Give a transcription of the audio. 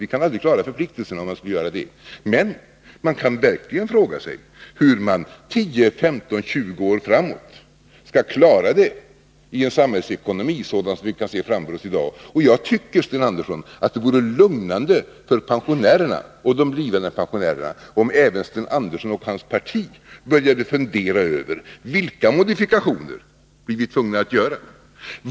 Vi kan aldrig klara förpliktelserna, om vi skulle göra det. Men vi kan verkligen fråga oss, hur vi 10, 15 eller 20 år framåt skall klara pensionerna i en samhällsekonomi sådan som vi kan se framför oss i dag. Jag tycker att det vore lugnande för pensionärerna och de blivande pensionärerna, om även Sten Andersson och hans parti började fundera över detta: Vilka modifikationer blir vi tvungna att göra?